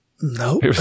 Nope